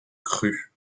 crue